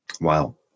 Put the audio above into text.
wow